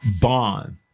bond